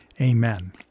Amen